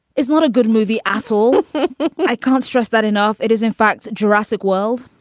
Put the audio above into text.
it's not a good movie at all i can't stress that enough. it is, in fact, jurassic world.